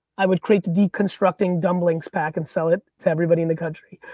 i would create the deconstructing dumplings pack and sell it to everybody in the country.